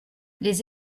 les